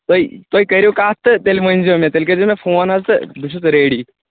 تُہۍ تُہۍ کٔرِو کَتھ تہٕ تیٚلہِ ؤنۍ زیو مےٚ تیٚلہِ کٔرۍ زیو مےٚ فون حظ تہٕ بہٕ چھُس ریڈی